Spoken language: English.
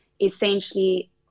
essentially